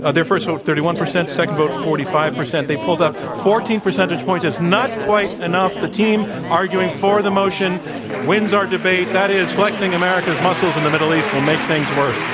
ah their first vote thirty one percent second vote, forty five percent. they pulledup fourteen percentage points. it's not quite enough. the team arguing for the motion wins our debate. that is, flexing america's muscles in the middle east will make things worse.